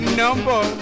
number